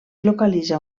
localitza